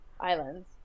islands